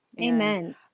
Amen